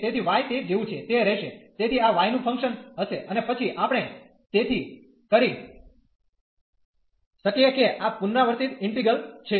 તેથી y તે જેવું છે તે રહેશે તેથી આ y નું ફંક્શન હશે અને પછી આપણે તેથી કરી શકીએ કે આ પુનરાવર્તિત ઈન્ટિગ્રલ છે